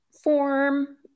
form